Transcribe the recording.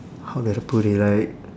how do I put it like